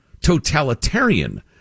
totalitarian